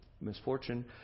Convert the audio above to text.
misfortune